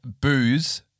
booze